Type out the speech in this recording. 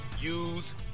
use